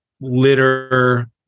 litter